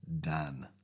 done